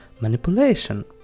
Manipulation